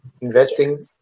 Investing